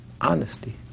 honesty